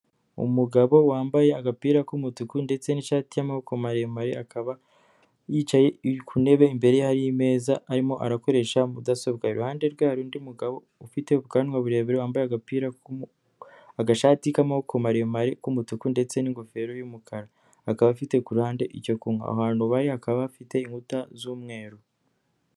Umugabo wambaye agapira k'umutuku ndetse n'ishati y'amaboko maremare, akaba yicaye ku ntebe imbere hari meza, arimo arakoresha mudasobwa. Iruhande rwe hari undi mugabo ufite ubwanwa burebubire, wambaye agashati k'amaboko maremare k'umutuku, ndetse n'ingofero y'umukara. Akaba afite kuruhande icyo kunywa. Ahantu bari hakaba hafite inkuta z'umweru.